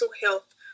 health